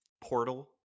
portal